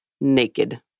naked